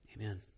Amen